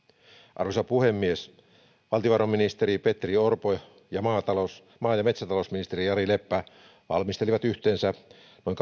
arvoisa puhemies valtiovarainministeri petteri orpo ja maa ja metsätalousministeri jari leppä valmistelivat yhteensä noin